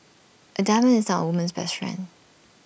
A diamond is now woman's best friend